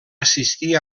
assistir